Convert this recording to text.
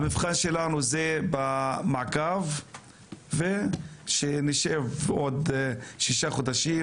המבחן שלנו הוא במעקב וכשנשב בעוד 6 חודשים,